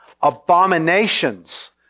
abominations